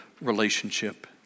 relationship